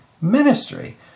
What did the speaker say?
ministry